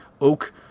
oak